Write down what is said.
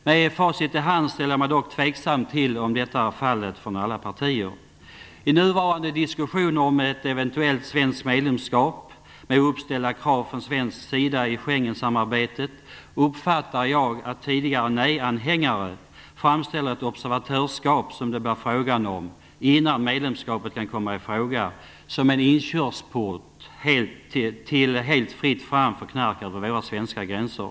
Med facit i hand ställer jag mig dock tveksam till om detta är fallet från alla partier. I nuvarande diskussioner om ett eventuellt svenskt medlemskap med uppställda krav från svensk sida i Schengensamarbetet uppfattar jag att tidigare nej-anhängare framställer ett observatörskap, som det blir frågan om innan medlemskapet kan komma i fråga, som en inkörsport till helt fritt fram för knark över våra svenska gränser.